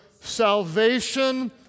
salvation